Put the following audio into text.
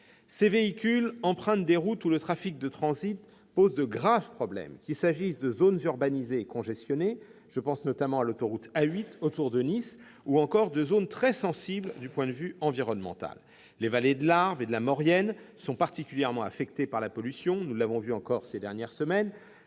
Ces véhicules empruntent des routes où le trafic de transit pose de graves problèmes, qu'il s'agisse de zones urbanisées et congestionnées- je pense notamment à l'autoroute A8 autour de Nice -, ou encore de zones très sensibles du point de vue environnemental. Les vallées de l'Arve et de la Maurienne sont particulièrement affectées par la pollution, comme nous l'avons vu ces dernières semaines